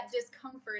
discomfort